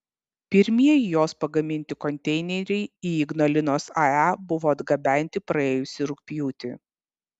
pirmieji jos pagaminti konteineriai į ignalinos ae buvo atgabenti praėjusį rugpjūtį